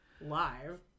live